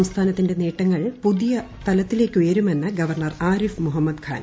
സംസ്ഥാനത്തിന്റെ നേട്ടങ്ങൾ പുതിയു തലത്തിലേക്കുയരുമെന്ന് ഗവർണർ ആരിഫ് മുഹമ്മദ് ഖാൻ